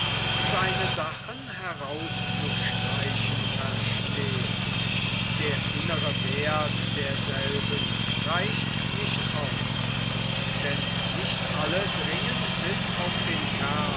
seine sachen herauszustreichen verstehn der innere werth derselben reicht nicht aus denn nicht alle dringen bis auf den